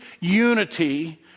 unity